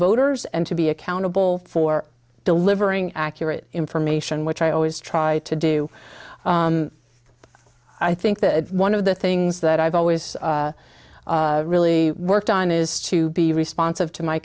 voters and to be accountable for delivering accurate information which i always try to do i think that one of the things that i've always really worked on is to be responsive to my